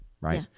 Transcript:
Right